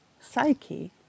psyche